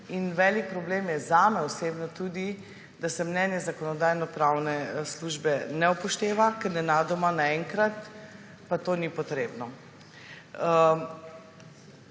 in velik problem je, zame osebno, tudi da se mnenje Zakonodajno-pravne službe ne upošteva, ker nenadoma naenkrat pa to ni potrebno.